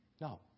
No